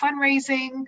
fundraising